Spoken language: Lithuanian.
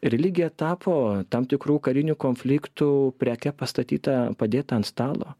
religija tapo tam tikrų karinių konfliktų preke pastatyta padėta ant stalo